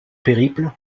périple